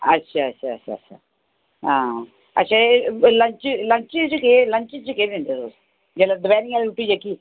अच्छा अच्छा अच्छा अच्छा हां अच्छा एह लंच लंच च लंच च केह् दिंदे तुस जेल्लै दपैह्री आह्ली रुट्टी जेह्की